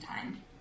time